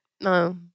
no